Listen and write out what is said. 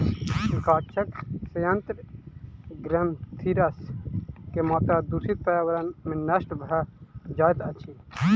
गाछक सयंत्र ग्रंथिरस के मात्रा दूषित पर्यावरण में नष्ट भ जाइत अछि